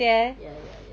ya ya ya